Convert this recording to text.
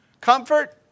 Comfort